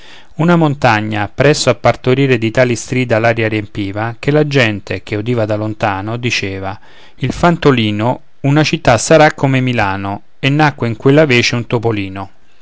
una montagna presso a partorire di tali strida l'aria riempiva che la gente che udiva da lontano diceva il fantolino una città sarà come milano e nacque in quella vece un topolino